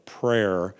prayer